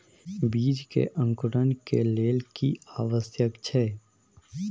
बीज के अंकुरण के लेल की आवश्यक छै?